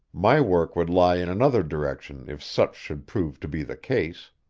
my work would lie in another direction if such should prove to be the case.